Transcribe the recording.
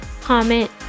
comment